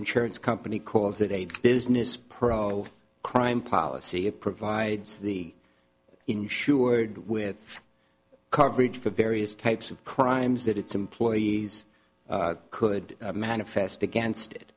insurance company calls it a business pro crime policy it provides the insured with coverage for various types of crimes that its employees could manifest against it